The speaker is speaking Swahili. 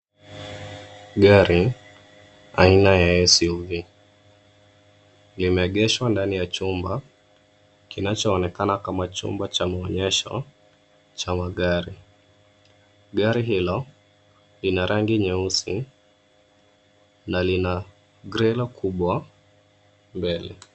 Gari aina ya, SUV.Limeegeshwa ndani ya chumba kinachoonekana kama chumba cha maonyesho cha magari. Gari hilo lina rangi nyeusi na lina grela kubwa mbele.